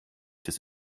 des